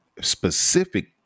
specific